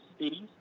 cities